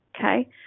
okay